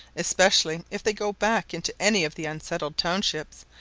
especially if they go back into any of the unsettled townships,